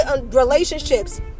relationships